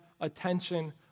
attention